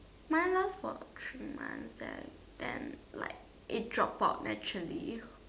mine last for three months that then like it dropped out naturally